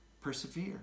persevere